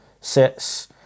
sets